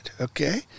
okay